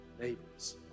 neighbors